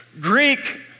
Greek